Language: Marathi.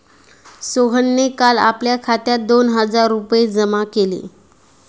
सोहनने काल आपल्या खात्यात दोन हजार रुपये जमा केले